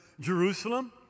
Jerusalem